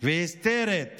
והיסטרית